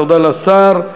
תודה לשר.